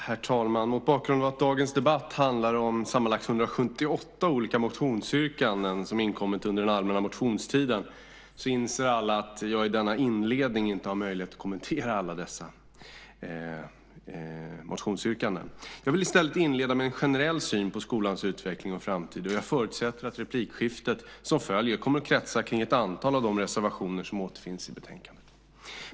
Herr talman! Mot bakgrund av att dagens debatt handlar om sammanlagt 178 olika motionsyrkanden som inkommit under den allmänna motionstiden inser alla att jag i denna inledning inte har möjlighet att kommentera alla dessa. Jag vill i stället inleda med en generell syn på skolans utveckling och framtid. Jag förutsätter att de replikskiften som följer kommer att kretsa kring ett antal av de reservationer som återfinns i betänkandet.